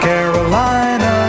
Carolina